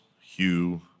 Hugh